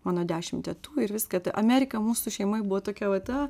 mano dešimt tetų ir viską ta amerika mūsų šeimoj buvo tokia va ta